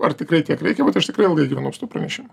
ar tikrai tiek reikia bet aš tikrai ilgai gyvenau su tuo pranešimu